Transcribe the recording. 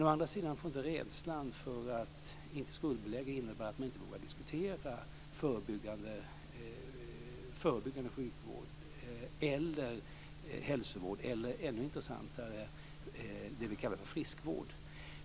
Å andra sidan får inte rädslan för att inte skuldbelägga innebära att man inte vågar diskutera förebyggande hälsovård eller - ännu intressantare - det som vi kallar för friskvård.